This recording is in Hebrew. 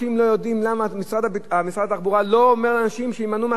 למה משרד התחבורה לא אומר לאנשים שיימנעו מהסכנה הזאת.